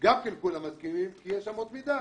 בכל מקרה היא לא תהיה שרת הספורט.